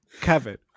Kevin